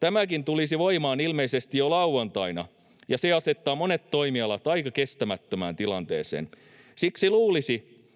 Tämäkin tulisi voimaan ilmeisesti jo lauantaina, ja se asettaa monet toimialat aika kestämättömään tilanteeseen. Siksi luulisi,